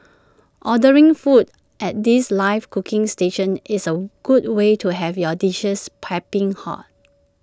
ordering foods at these live cooking stations is A good way to have your dishes piping hot